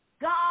God